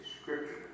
Scripture